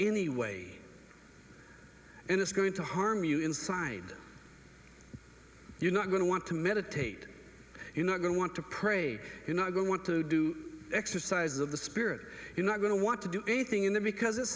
anyway and it's going to harm you inside you're not going to want to meditate you're not going to want to pray you're not going want to do exercise of the spirit you're not going to want to do anything in there because it